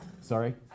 Sorry